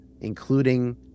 including